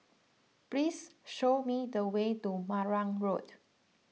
please show me the way to Marang Road